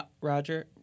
Roger